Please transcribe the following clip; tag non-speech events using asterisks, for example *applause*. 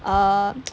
err *noise*